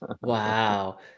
Wow